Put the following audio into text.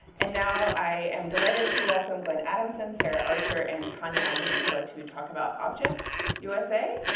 and now, i am delighted to welcome glenn adamson, sarah archer, and tanya aguiniga ah to talk about objects usa.